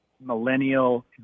millennial